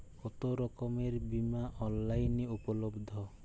কতোরকমের বিমা অনলাইনে উপলব্ধ?